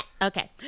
okay